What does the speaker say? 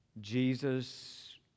Jesus